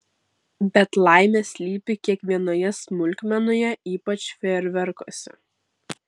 bet laimė slypi kiekvienoje smulkmenoje ypač fejerverkuose